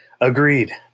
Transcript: Agreed